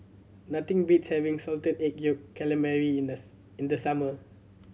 nothing beats having Salted Egg Yolk Calamari in the in the summer